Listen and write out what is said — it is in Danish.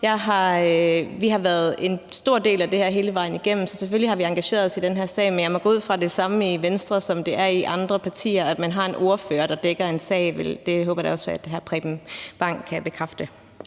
Vi har været en stor del af det her hele vejen igennem. Så selvfølgelig har vi engageret os i den her sag. Men jeg må gå ud fra, at det er det samme i Venstre, som det er i andre partier, altså at man har en ordfører, der dækker en sag. Det håber jeg da også at hr. Preben Bang Henriksen kan bekræfte.